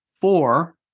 four